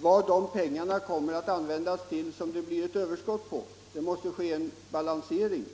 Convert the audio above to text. vad de nämnda överskottspengarna kommer att användas till. Det måste göras en balansering.